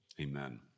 amen